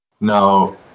Now